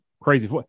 crazy